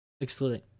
Excluding